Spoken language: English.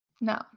no